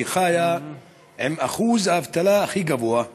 שחיה עם אחוז האבטלה הכי גבוה,